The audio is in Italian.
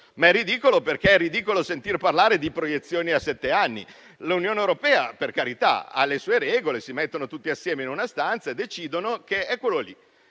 ma lo è perché è ridicolo sentir parlare di proiezioni a sette anni. L'Unione europea, per carità, ha le sue regole, si mettono tutti insieme in una stanza e decidono che il